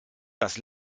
das